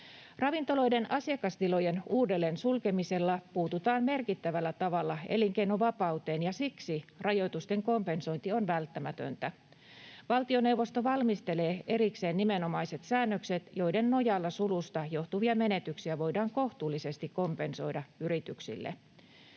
Ravintoloiden asiakastilojen uudelleen sulkemisella puututaan merkittävällä tavalla elinkeinovapauteen, ja siksi rajoitusten kompensointi on välttämätöntä. Valtioneuvosto valmistelee erikseen nimenomaiset säännökset, joiden nojalla sulusta johtuvia menetyksiä voidaan kohtuullisesti kompensoida yrityksille.